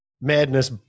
madness